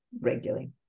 regularly